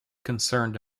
concerned